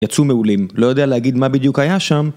יצאו מעולים, לא יודע להגיד מה בדיוק היה שם.